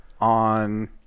on